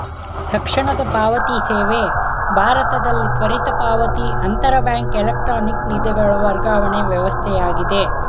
ತಕ್ಷಣದ ಪಾವತಿ ಸೇವೆ ಭಾರತದಲ್ಲಿ ತ್ವರಿತ ಪಾವತಿ ಅಂತರ ಬ್ಯಾಂಕ್ ಎಲೆಕ್ಟ್ರಾನಿಕ್ ನಿಧಿಗಳ ವರ್ಗಾವಣೆ ವ್ಯವಸ್ಥೆಯಾಗಿದೆ